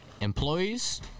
employees